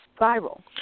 viral